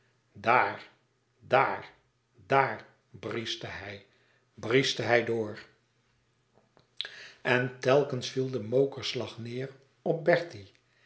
daar daar daar brieschte hij brieschte hij door en telkens viel de mokerslag neêr op